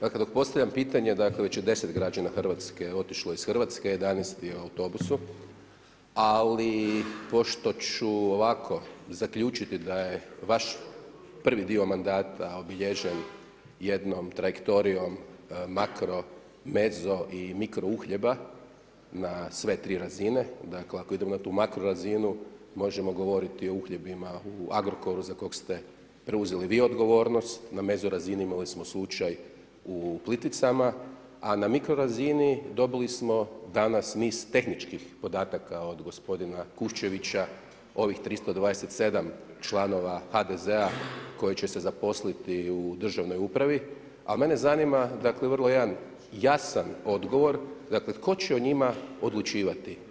Dakle dok postavljam pitanje, dakle već je 10 građana Hrvatske otišlo iz Hrvatske, 11 je u autobusu, ali pošto ću ovako, zaključiti da je vaš prvi dio mandata obilježen jednom trajektorijom makro, mezo i mikro uhljeba na sve tri razine, dakle ako idemo na tu makro razinu, možemo govoriti o uhljebima u Agrokoru za kog ste preuzeli vi odgovornost, na mezo razini imali smo slučaj u Plitvicama, a na mikro razini dobili smo danas niz tehničkih podataka od gospodina Kuščevića, ovih 327 članova HDZ-a koji će se zaposliti u državnoj upravi, a mene zanima, dakle vrlo jedan jasan odgovor, dakle tko će o njima odlučivati?